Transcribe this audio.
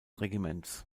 regiments